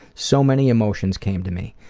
so many emotions came to me.